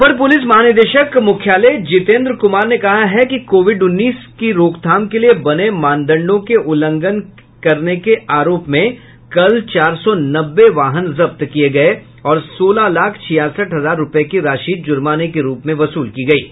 अपर पुलिस महानिदेशक मुख्यालय जितेन्द्र कुमार ने कहा है कि कोविड उन्नीस के रोकथाम के लिये बने मानदंडों के उल्लंघन करने के आरोप में कल चार सौ नब्बे वाहन जब्त किये गये हैं और सोलह लाख छियासठ हजार रुपए की राशि जुर्माने के रुप में वसूल की गई है